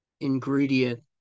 ingredient